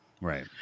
Right